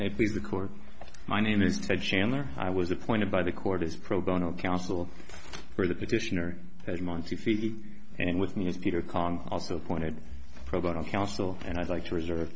please the court my name is ted chandler i was appointed by the court is pro bono counsel for the petitioner monthly fee and with me is peter kong also pointed program counsel and i'd like to reserve